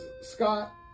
Scott